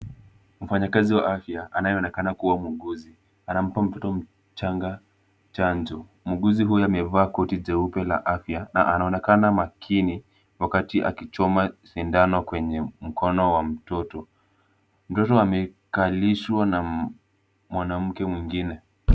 Mfanyikazi wa afya anayoonekana kuwa muuguzi anamtoa mtoto mchanga chanjo. Muuguzi huyo amevaa koti jeupe la afya na anaonekana maskini wakati akichoma sindano kwenye mkono wa mtoto. Mtoto amekalishwa na mwanamke mwingine.